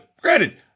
granted